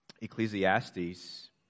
Ecclesiastes